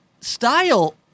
style